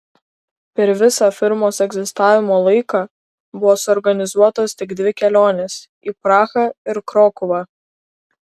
per visą firmos egzistavimo laiką buvo suorganizuotos tik dvi kelionės į prahą ir krokuvą